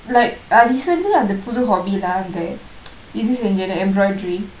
like ah recently I have a புது:puthu hobby lah இது சென்ஜே:ithu senje like embroidery